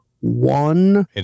one